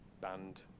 banned